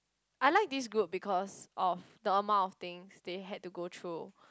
I like this group because of the amount of things they had to go through